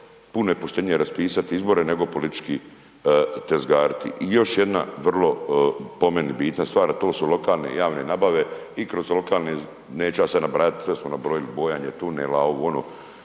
puno je poštenije raspisati izbore nego politički tezgariti. I još jedna vrlo po meni bitna stvar a to su lokalne i javne nabave i kroz lokalne, neću ja sad nabrajati, sve smo nabrojali, bojanje tunela, ovo